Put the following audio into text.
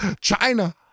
china